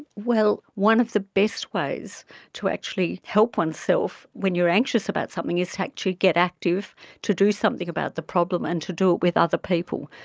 well, one of the best ways to actually help oneself when you are anxious about something is to actually get active to do something about the problem and to do it with other people.